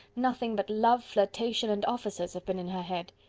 nothing but love, flirtation, and officers have been in her head.